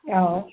ꯑꯥꯎ